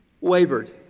wavered